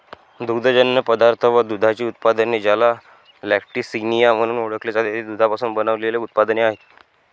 दुग्धजन्य पदार्थ व दुधाची उत्पादने, ज्याला लॅक्टिसिनिया म्हणून ओळखते, ते दुधापासून बनविलेले उत्पादने आहेत